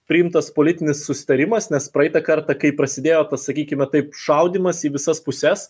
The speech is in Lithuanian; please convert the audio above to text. priimtas politinis susitarimas nes praeitą kartą kai prasidėjo pasakykime taip šaudymas į visas puses